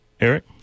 Eric